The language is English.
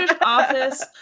office